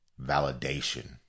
validation